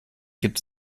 gibt